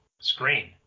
screen